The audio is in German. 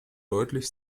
deutlich